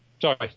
Sorry